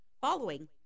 following